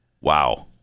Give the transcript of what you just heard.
Wow